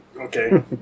Okay